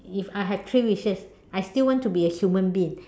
if I had three wishes I still want to be a human being